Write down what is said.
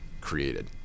created